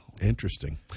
Interesting